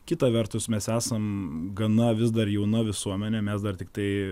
kita vertus mes esam gana vis dar jauna visuomenė mes dar tiktai